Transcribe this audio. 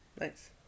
Nice